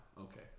Okay